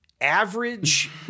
average